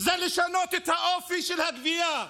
זה לשנות את האופי של הגבייה,